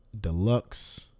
Deluxe